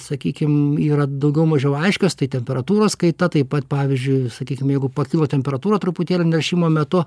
sakykim yra daugiau mažiau aiškios tai temperatūros kaita taip pat pavyzdžiui sakykim jeigu pakilo temperatūra truputėlį neršimo metu